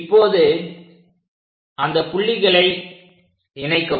இப்போது அந்த புள்ளிகளை இணைக்கவும்